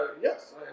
Yes